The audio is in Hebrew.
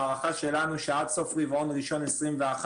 הערכה שלנו היא שעד סוף רבעון הראשון 2021,